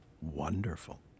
wonderful